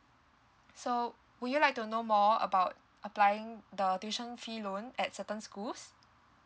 so would you like to know more about applying the tuition fee loan at certain schools